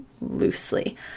loosely